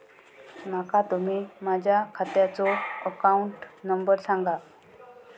माका तुम्ही माझ्या खात्याचो अकाउंट नंबर सांगा?